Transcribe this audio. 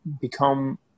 become